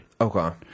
Okay